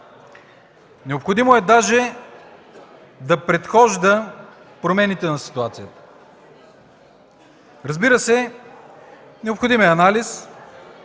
Необходимо е даже да предхожда промените на ситуацията. Разбира се, необходим е анализ,